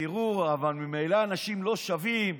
תראו, אבל ממילא אנשים לא שווים,